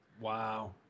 Wow